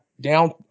down